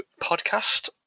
podcast